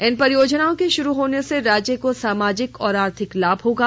इन परियोजनाओं के शुरू होने से राज्य को सामाजिक और आर्थिक लाभ होंगे